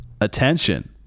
attention